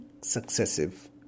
successive